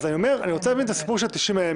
לא ירדתי איתו לפרטים על הצעת החוק.